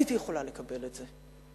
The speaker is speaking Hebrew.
הייתי יכולה לקבל את זה.